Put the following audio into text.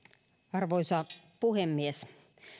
arvoisa puhemies